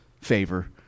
favor